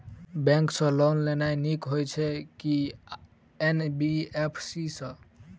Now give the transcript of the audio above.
Bank सँ loan लेनाय नीक होइ छै आ की एन.बी.एफ.सी सँ?